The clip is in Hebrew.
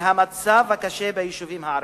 מהמצב הקשה ביישובים הערביים: